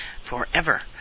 forever